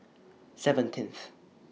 seventeenth